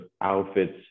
outfits